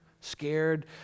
scared